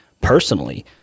personally